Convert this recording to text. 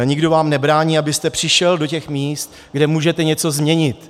Nikdo vám nebrání, abyste přišel do těch míst, kde můžete něco změnit.